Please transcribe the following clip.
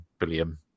William